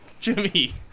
Jimmy